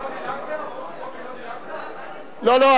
לא לא,